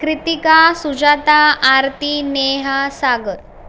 Kritika Sujata Aarti Neha Sagar